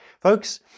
folks